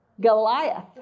Goliath